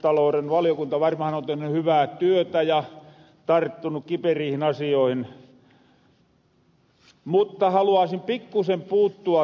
valtiontalouden valiokunta varmahan on tehny hyvää työtä ja tarttunu kiperihin asioihin mutta haluaisin pikkuusen puuttua